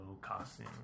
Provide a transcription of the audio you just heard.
costume